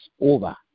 over